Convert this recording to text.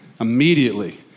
immediately